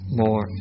more